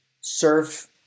surf